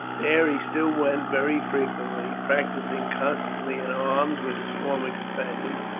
there he still went very frequently, practising constantly in arms with his former companions,